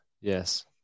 Yes